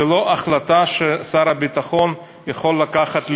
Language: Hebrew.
זאת לא החלטה ששר הביטחון יכול לקחת לבד.